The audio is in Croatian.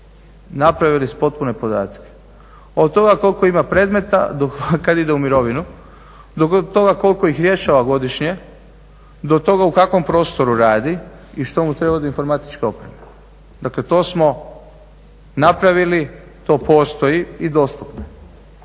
napravili potpune podatke. Od toga koliko ima predmeta do kada ide u mirovinu, do toga koliko ih rješava godišnje, do toga u kakvom prostoru radi i što mu treba od informatičke opreme. Dakle, to smo napravili, to postoji i dostupno